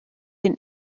den